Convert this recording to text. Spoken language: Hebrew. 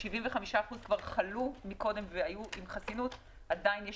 75% כבר חלו מקודם והיו עם חסינות - עדיין יש